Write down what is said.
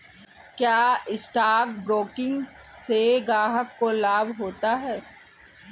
क्या stock broking से ग्राहक को लाभ होता है?